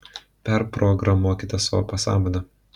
perprogramuokite savo pasąmonę